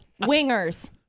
wingers